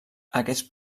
aquests